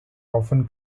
often